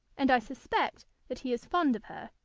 and i suspect that he is fond of her.